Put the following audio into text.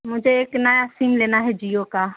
مجھے ایک نیا سم لینا ہے جیو کا